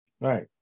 right